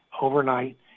overnight